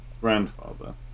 grandfather